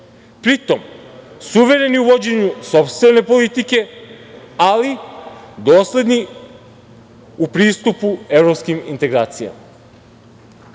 pritom, suvereni u vođenju sopstvene politike, ali dosledni u pristupu evropskim integracijama.